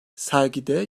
sergide